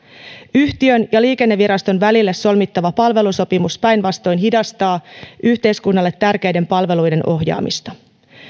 yhtiön ja liikenneviraston välille solmittava palvelusopimus päinvastoin hidastaa yhteiskunnalle tärkeiden palveluiden ohjaamista